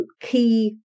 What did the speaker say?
key